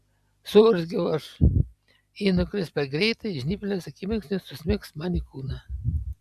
suurzgiau aš jei nukris per greitai žnyplės akimirksniu susmigs man į kūną